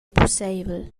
pusseivel